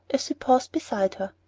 as he paused beside her.